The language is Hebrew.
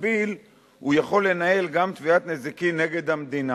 במקביל הוא יכול לנהל גם תביעת נזיקין נגד המדינה.